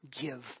give